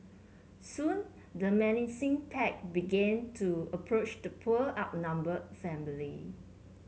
soon the menacing pack began to approach the poor outnumbered family